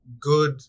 good